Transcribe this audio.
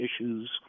issues